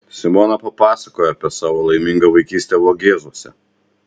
simona papasakojo apie savo laimingą vaikystę vogėzuose